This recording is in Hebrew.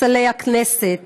תתפזר הכנסת הנוכחית,